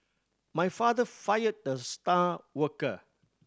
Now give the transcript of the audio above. my father fired the star worker